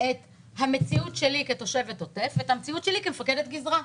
את המציאות שלי כתושבת עוטף עזה ואת המציאות שלי כמפקדת גזרה.